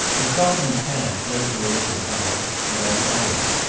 a trodden path led to a little tower and i followed it.